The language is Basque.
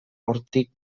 hortik